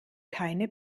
keine